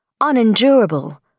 unendurable